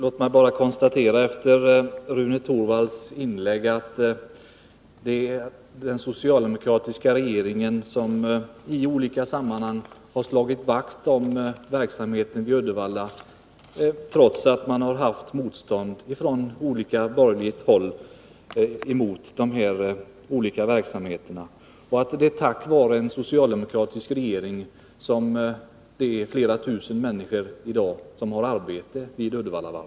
Herr talman! Låt mig efter Rune Torwalds inlägg bara konstatera att det är den socialdemokratiska regeringen som i olika sammanhang har slagit vakt om verksamheten i Uddevalla, trots att det har varit motstånd från borgerligt håll mot dessa olika verksamheter. Det är tack vare en socialdemokratisk regering som flera tusen människor i dag har arbete vid Uddevallavarvet.